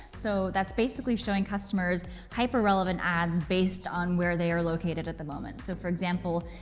so that's basically showing customers hyperrelavant ads based on where they are located at the moment. so for example,